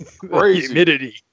Humidity